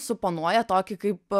suponuoja tokį kaip